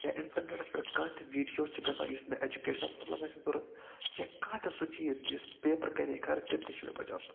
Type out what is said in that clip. یا اِنٹرنیٚٹَس پٮ۪ٹھ کانٛہہ تہِ ویٖڈیو چھِ گژھان یُس مےٚ ایٚجُکیشنَس منٛز لگان چھُ ضروٗرت یا کانٛہہ تہِ سُہ چیٖز یُس پیپَر کَرِہا خرٕچ تِم تہِ چھِ مےٚ بَچان سُہ